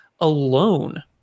alone